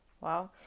Wow